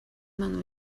man